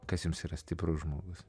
kas jums yra stiprus žmogus